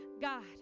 God